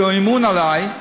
שהוא אמון עלי,